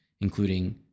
including